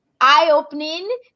eye-opening